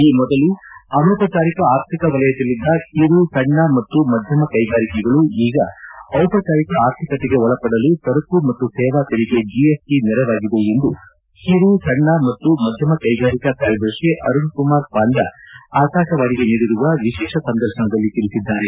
ಈ ಮೊದಲು ಅನೌಪಚಾರಿಕ ಆರ್ಥಿಕ ವಲಯದಲ್ಲಿದ್ದ ಕಿರು ಸಣ್ಣ ಮತ್ತು ಮಧ್ಯಮ ಕೈಗಾರಿಕೆಗಳು ಈಗ ದಿಪಚಾರಿಕ ಆರ್ಥಿಕತೆಗೆ ಒಳಪಡಲು ಸರಕು ಮತ್ತು ಸೇವಾ ತೆರಿಗೆ ಜಿಎಸ್ಟ ನೆರವಾಗಿದೆ ಎಂದು ಕಿರು ಸಣ್ಣ ಮತ್ತು ಮಧ್ಯಮ ಕೈಗಾರಿಕಾ ಕಾರ್ಯದರ್ಶಿ ಅರುಣ್ ಕುಮಾರ್ ಪಾಂಡಾ ಆಕಾಶವಾಣಿಗೆ ನೀಡಿರುವ ವಿಶೇಷ ಸಂದರ್ಶನದಲ್ಲಿ ತಿಳಿಸಿದ್ದಾರೆ